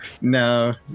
No